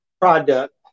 product